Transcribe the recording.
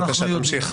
בבקשה, תמשיך.